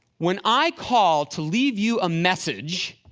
when i call to leave you a message,